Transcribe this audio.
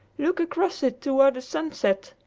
look across it toward the sunset.